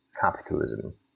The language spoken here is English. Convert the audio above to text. capitalism